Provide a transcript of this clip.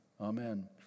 Amen